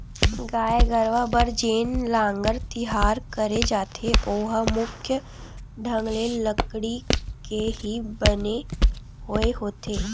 गाय गरुवा बर जेन लांहगर तियार करे जाथे ओहा मुख्य ढंग ले लकड़ी के ही बने होय होथे